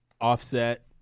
Offset